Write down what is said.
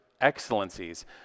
excellencies